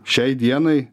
šiai dienai